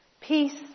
Peace